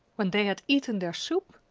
when they had eaten their soup,